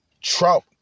Trump